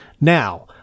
Now